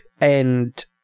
and-